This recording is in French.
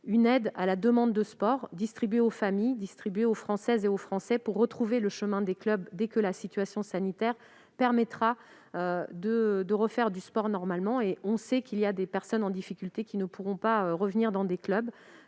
Une aide à la demande de sport sera ainsi distribuée aux familles, aux Françaises et aux Français, pour qu'ils retrouvent le chemin des clubs dès que la situation sanitaire permettra de refaire du sport normalement. Sachant que certaines personnes en difficulté ne pourront pas retourner dans des clubs,